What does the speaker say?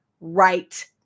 right